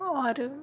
اور